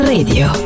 Radio